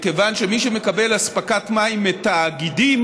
מכיוון שמי שמקבל אספקת מים מתאגידים,